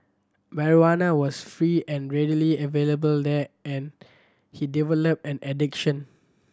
marijuana was free and readily available there and he developed an addiction